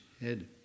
head